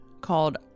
called